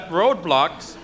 roadblocks